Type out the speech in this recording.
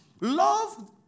Love